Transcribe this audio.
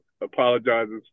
apologizes